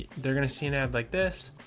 they're going to see an ad like this.